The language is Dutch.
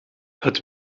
het